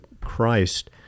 Christ